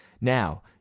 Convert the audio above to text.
Now